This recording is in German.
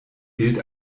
gilt